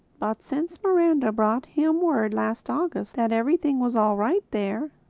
but since miranda brought him word last august that everything was all right there,